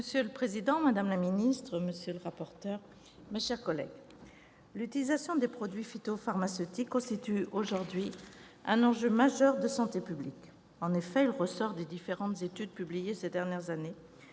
Monsieur le président, madame la ministre, monsieur le rapporteur, mes chers collègues, l'utilisation des produits phytopharmaceutiques constitue aujourd'hui un enjeu majeur de santé publique. En effet, il ressort de différentes études publiées ces dernières années